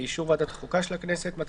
באישור ועדת חוקה של הכנסת/ובהתאם לסעיף 4(ד)(2)